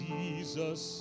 Jesus